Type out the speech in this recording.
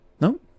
No